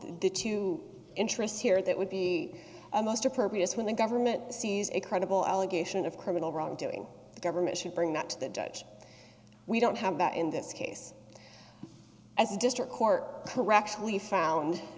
the two interests here that would be most appropriate when the government sees a credible allegation of criminal wrongdoing the government should bring that to the dutch we don't have that in this case as district court correctly found